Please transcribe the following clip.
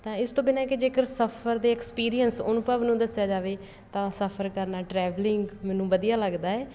ਤਾਂ ਇਸ ਤੋਂ ਬਿਨਾਂ ਹੈ ਕਿ ਜੇਕਰ ਸਫ਼ਰ ਦੇ ਐਕਸਪੀਰੀਅੰਸ ਅਨੁਭਵ ਨੂੰ ਦੱਸਿਆ ਜਾਵੇ ਤਾਂ ਸਫ਼ਰ ਕਰਨਾ ਟਰੈਵਲਿੰਗ ਮੈਨੂੰ ਵਧੀਆ ਲੱਗਦਾ ਹੈ